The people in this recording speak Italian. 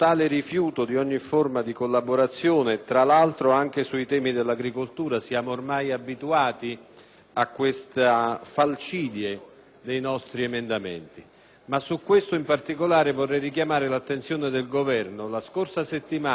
a questa falcidie dei nostri emendamenti. Ma su questo in particolare vorrei richiamare l’attenzione del Governo. La scorsa settimana, quando quest’Aula ha licenziato il decreto-legge sulla competitivitanel settore agroalimentare,